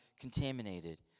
contaminated